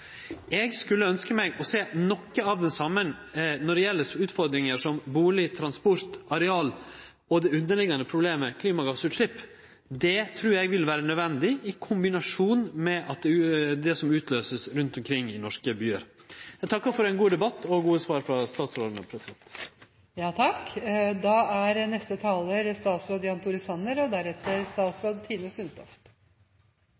å sjå noko av det same når det gjeld utfordringar som bustad, transport, areal og – det underliggjande problemet – klimagassutslepp. Det trur eg vil vere nødvendig, i kombinasjon med det som vert utløyst rundt omkring i norske byar. Eg takkar for ein god debatt og for gode svar frå